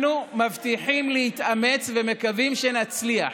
אנחנו מבטיחים להתאמץ ומקווים שנצליח,